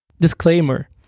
Disclaimer